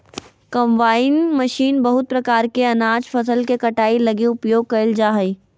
combine machine बहुत प्रकार के अनाज फसल के कटाई लगी उपयोग कयल जा हइ